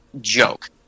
joke